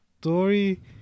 story